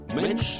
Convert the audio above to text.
Mensch